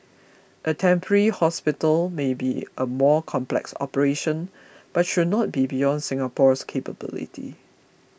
a temporary hospital may be a more complex operation but should not be beyond Singapore's capability